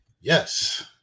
Yes